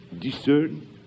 discern